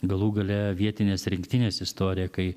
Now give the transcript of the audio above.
galų gale vietinės rinktinės istorija kai